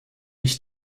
ich